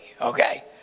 okay